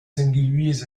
singuliers